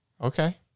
Okay